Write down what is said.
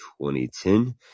2010